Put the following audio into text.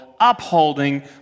upholding